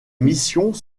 missions